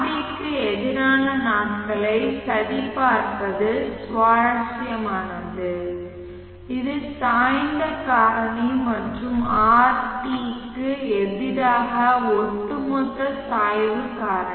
Rd க்கு எதிரான நாட்களை சதி பார்ப்பது சுவாரஸ்யமானது இது சாய்ந்த காரணி மற்றும் Rt க்கு எதிராக ஒட்டுமொத்த சாய்வு காரணி